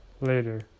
later